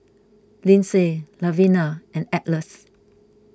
Lyndsey Lavina and Atlas